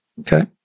Okay